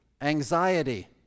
anxiety